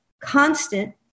constant